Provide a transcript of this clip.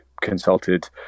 consulted